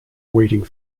waiting